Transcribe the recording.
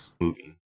moving